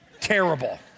Terrible